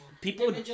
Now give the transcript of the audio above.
People